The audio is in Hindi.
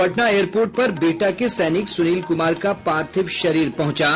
पटना एयरपोर्ट पर बिहटा के सैनिक सुनील कुमार का पार्थिव शरीर पहुंचा